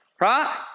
Right